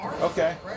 okay